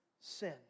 sin